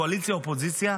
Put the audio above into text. קואליציה-אופוזיציה,